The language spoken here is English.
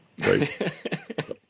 Right